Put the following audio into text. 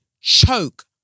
Choke